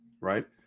right